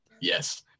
yes